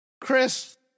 Chris